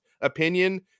opinion